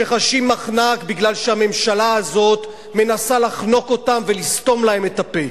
שחשים מחנק כי הממשלה הזאת מנסה לחנוק אותם ולסתום להם את הפה.